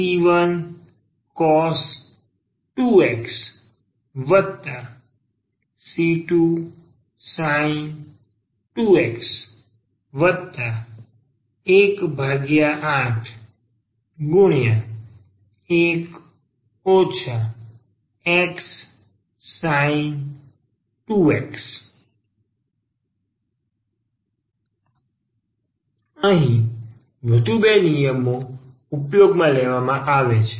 yc1cos 2xc2sin 2x 181 xsin 2x અહીં વધુ બે નિયમનો ઉપયોગ કરવામાં આવે છે